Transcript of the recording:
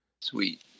Sweet